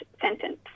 sentence